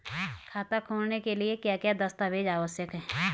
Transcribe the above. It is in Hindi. खाता खोलने के लिए क्या क्या दस्तावेज़ आवश्यक हैं?